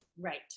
Right